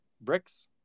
bricks